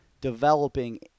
developing